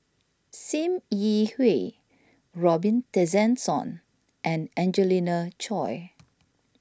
Sim Yi Hui Robin Tessensohn and Angelina Choy